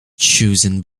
chosen